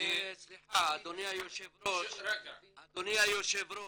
אדוני היושב ראש,